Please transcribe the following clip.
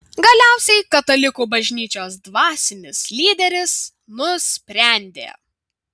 galiausiai katalikų bažnyčios dvasinis lyderis nusprendė